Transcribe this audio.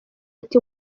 ati